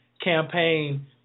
campaign